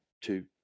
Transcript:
two